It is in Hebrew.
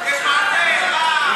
הוא כיבה את